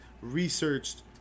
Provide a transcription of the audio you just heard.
researched